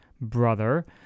brother